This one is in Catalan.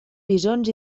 bisons